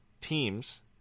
teams